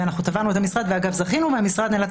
אנחנו תבענו את המשרד וזכינו והמשרד נאלץ